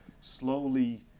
slowly